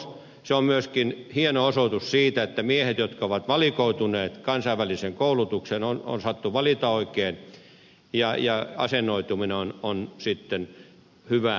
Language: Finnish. se on myöskin hieno osoitus siitä että miehet jotka ovat valikoituneet kansainväliseen koulutukseen on osattu valita oikein ja asennoituminen on sitten hyvä lähtökohta